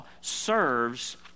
serves